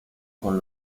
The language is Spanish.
con